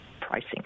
pricing